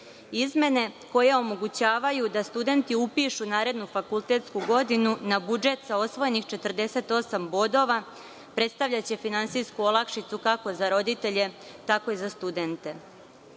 koje omogućavaju da studenti upišu narednu fakultetsku godinu na budžet sa osvojenih 48 bodova, predstavljaće finansijsku olakšicu, kako za roditelje, tako i za studente.